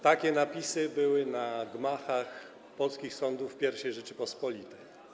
Takie napisy były na gmachach polskich sądów w I Rzeczypospolitej.